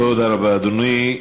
תודה רבה, אדוני.